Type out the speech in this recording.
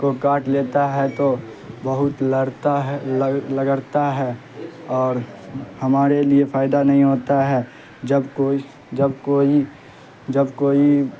کو کاٹ لیتا ہے تو بہت رگڑتا ہے رگڑتا ہے اور ہمارے لیے فائدہ نہیں ہوتا ہے جب کوئی جب کوئی جب کوئی